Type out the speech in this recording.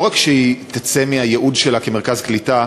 לא רק שהיא תצא מהייעוד שלה כמרכז קליטה,